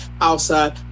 outside